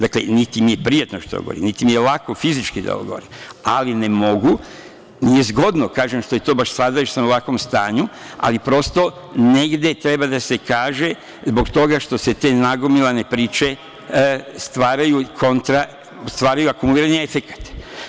Dakle, niti mi je prijatno, niti mi je lako fizički da ovo gorim, ali ne mogu, nije zgodno što je to baš sada i što sam u ovakvom stanju, ali prosto negde treba da se kaže zbog toga što se te nagomilane priče stvaraju, akumuliraju efekat.